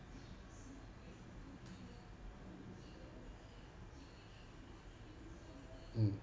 mm